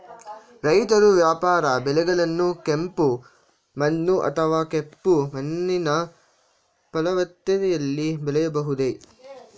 ರೈತರು ವ್ಯಾಪಾರ ಬೆಳೆಗಳನ್ನು ಕೆಂಪು ಮಣ್ಣು ಅಥವಾ ಕಪ್ಪು ಮಣ್ಣಿನ ಫಲವತ್ತತೆಯಲ್ಲಿ ಬೆಳೆಯಬಹುದೇ?